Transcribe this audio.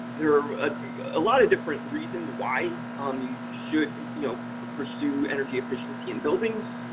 there are a lot of different reasons why um you should you know pursue energy efficiency in buildings.